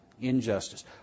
injustice